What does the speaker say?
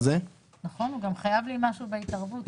--- הוא גם חייב לי משהו בהתערבות,